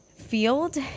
field